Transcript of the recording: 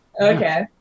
okay